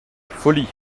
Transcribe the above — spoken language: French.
folie